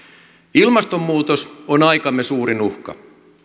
ilmastonmuutos on aikamme suurin uhka